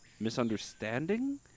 misunderstanding